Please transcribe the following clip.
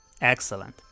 Excellent